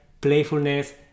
playfulness